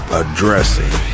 addressing